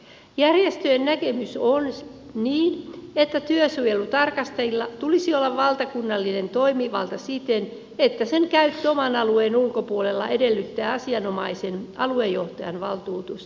järjestöjen näkemys on se että työsuojelutarkastajilla tulisi olla valtakunnallinen toimivalta siten että sen käyttö oman alueen ulkopuolella edellyttää asianomaisen aluejohtajan valtuutusta